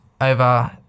over